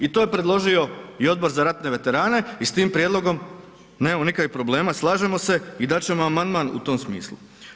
I to je predložio i Odbor za ratne veterane i s time prijedlogom nemamo nikakvih problema, slažemo se i dati ćemo amandman u tom smislu.